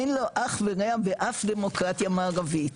אין לו אח ורע באף דמוקרטיה מערבית.